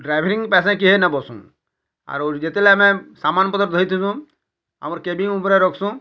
driving ପାସେ କିହେ ନା ବସ୍ନୁ ଆରୁ ଯେତବେଲେ ଆମେ ସାମାନ୍ ପତର୍ ଧରିଥିଲୁ ଆମର୍ କ୍ୟାବିନ୍ ଉପରେ ରଖସୁଁ